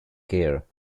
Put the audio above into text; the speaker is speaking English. care